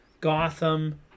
Gotham